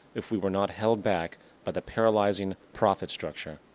if we were not held back by the paralyzing profit structure.